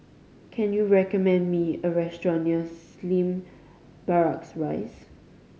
can you recommend me a restaurant near Slim Barracks Rise